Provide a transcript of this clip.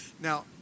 now